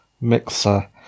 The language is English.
mixer